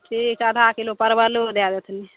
ठीक आधा किलो परबलो दै देथिन